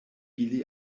ili